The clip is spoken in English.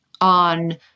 on